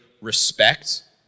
respect